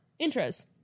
intros